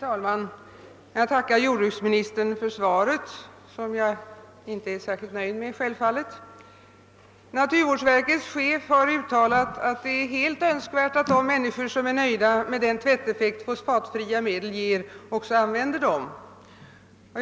Herr talman! Jag tackar jordbruksministern för svaret, som jag självfallet inte är särskilt nöjd med. Naturvårdsverkets chef har uttalat att det är helt önskvärt att de människor som är nöjda med den tvätteffekt som fosfatfria medel ger, också använder dem.